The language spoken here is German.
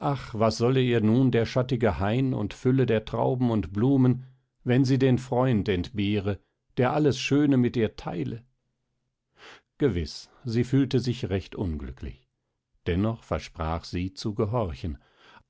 ach was solle ihr nun der schattige hain und fülle der trauben und blumen wenn sie den freund entbehre der alles schöne mit ihr teile gewiß sie fühlte sich recht unglücklich dennoch versprach sie zu gehorchen